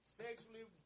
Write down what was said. sexually